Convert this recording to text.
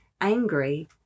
angry